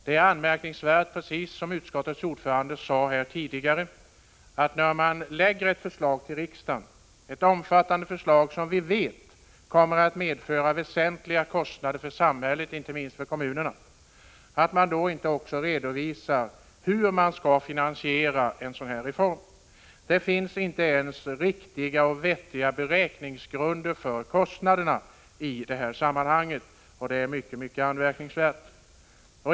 Det är anmärkningsvärt, som utskottets ordförande framhöll, att man när man lägger ett förslag till riksdagen — ett omfattande förslag som vi vet kommer att medföra väsentliga kostnader för samhället, inte minst för kommunerna — inte samtidigt redovisar hur reformen skall finansieras. Det finns inte ens riktiga och vettiga beräkningsgrunder för kostnaderna. Detta är mycket anmärkningsvärt.